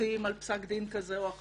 אז